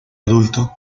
adulto